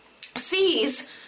sees